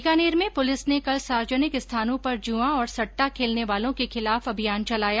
बीकानेर में पुलिस ने कल सार्वजनिक स्थानों पर जुआ और स्ट्टा खेलने वालों के खिलाफ अभियान चलाया